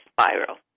spiral